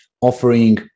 offering